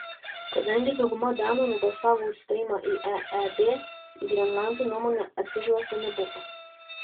kadangi dauguma danų nubalsavo už stojimą į eeb į grenlandų nuomonę atsižvelgta nebuvo